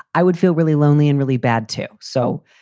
i would feel really lonely and really bad, too. so.